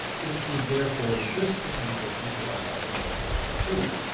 it should, therefore, resist the temptation to bite off more than it can chew.